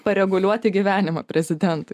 pareguliuoti gyvenimą prezidentui